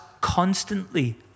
constantly